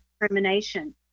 discrimination